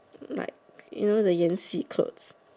like you know the 演戏 clothes